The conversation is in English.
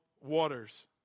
waters